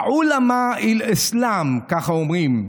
עולמא אל-אסלאם, ככה אומרים.